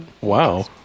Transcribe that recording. wow